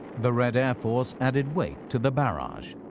the red air force added weight to the barrage.